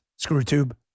ScrewTube